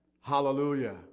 Hallelujah